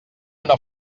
una